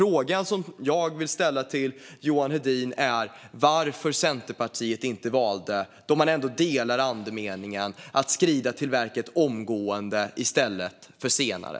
Frågan jag vill ställa till Johan Hedin är varför Centerpartiet, som ändå delar andemeningen, inte valde att skrida till verket omgående i stället för senare.